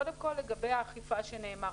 קודם כל לגבי נושא האכיפה שעלה פה,